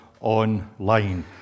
online